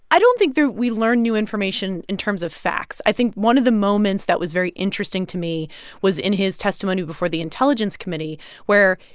i don't think we learned new information in terms of facts. i think one of the moments that was very interesting to me was in his testimony before the intelligence committee where,